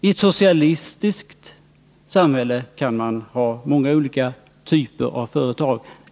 I ett socialistiskt samhälle kan man ha många olika typer av företag.